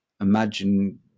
imagine